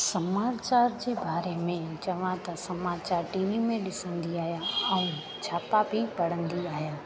समाचार जे बारे में जा त समाचार टी वी में ॾिसंदी आहियां ऐं छापा बि पढ़ंदी आहियां